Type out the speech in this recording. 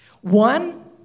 One